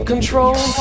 control